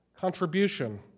Contribution